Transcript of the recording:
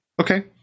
Okay